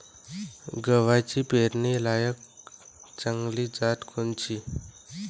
गव्हाची पेरनीलायक चांगली जात कोनची?